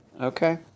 Okay